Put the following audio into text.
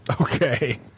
Okay